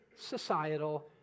societal